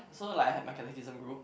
so like I had my Catechism group